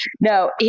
No